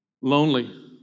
Lonely